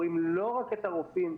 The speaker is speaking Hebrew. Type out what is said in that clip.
אומרים: לא רק הרופאים,